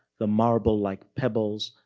the marble-like pebbles,